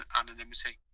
anonymity